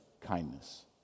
Kindness